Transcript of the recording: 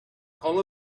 call